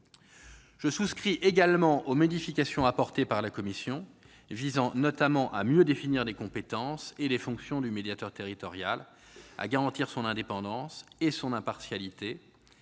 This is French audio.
Je souscris aussi aux modifications apportées par la commission, visant notamment à mieux définir les compétences et les fonctions du médiateur territorial, à garantir son indépendance et son impartialité